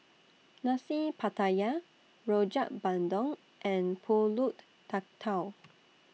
Nasi Pattaya Rojak Bandung and Pulut Tatal